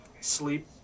sleep